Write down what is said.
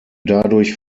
dadurch